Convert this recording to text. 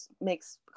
makes